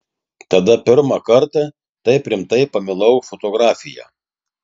tada pirmą kartą taip rimtai pamilau fotografiją